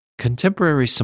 Contemporary